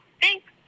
Thanks